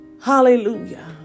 Hallelujah